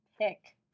pick